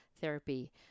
therapy